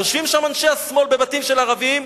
יושבים שם אנשי השמאל בבתים של ערבים,